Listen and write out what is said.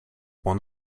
one